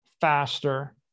faster